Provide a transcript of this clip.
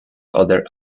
other